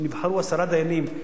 ונבחרו עשרה דיינים,